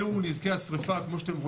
אתה תגיד לי אם אתה שם או שתצטרך